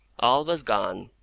all was gone,